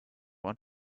want